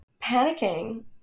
panicking